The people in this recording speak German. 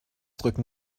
drücken